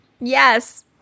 Yes